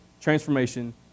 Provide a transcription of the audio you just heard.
transformation